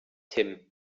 tim